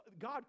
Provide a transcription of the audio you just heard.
God